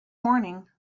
morning